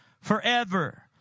forever